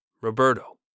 Roberto